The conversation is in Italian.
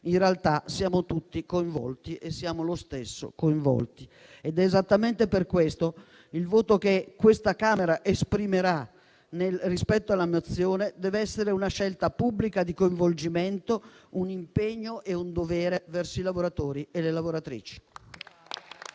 in realtà siamo tutti coinvolti e siamo lo stesso coinvolti. È esattamente per questo che il voto che questa Camera esprimerà rispetto alla Nazione dev'essere una scelta pubblica di coinvolgimento, un impegno e un dovere verso i lavoratori e le lavoratrici.